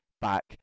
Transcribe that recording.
back